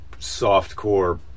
softcore